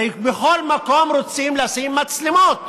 הרי בכל מקום רוצים לשים מצלמות.